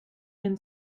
been